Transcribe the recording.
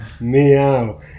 Meow